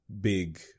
big